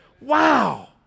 wow